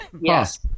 yes